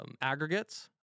aggregates